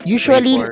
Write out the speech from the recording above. Usually